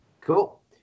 Cool